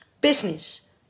business